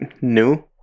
new